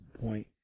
point